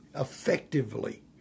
effectively